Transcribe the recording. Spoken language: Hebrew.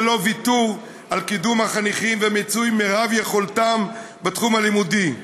ללא ויתור על קידום החניכים ומיצוי מרב יכולתם בתחום הלימודי.